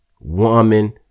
woman